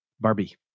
Barbie